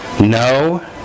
No